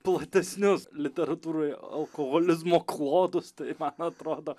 platesnius literatūroj alkoholizmo klodus tai man atrodo